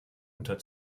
unter